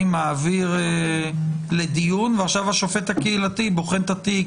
מעביר לדיון ועכשיו השופט הקהילתי בוחן את התיק,